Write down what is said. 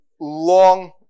long